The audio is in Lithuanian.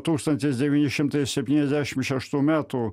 tūkstantis devyni šimtai septyniasdešim šeštų metų